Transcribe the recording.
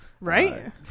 Right